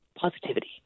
positivity